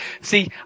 See